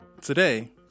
Today